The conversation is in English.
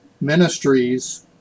ministries